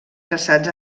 traçats